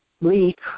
leak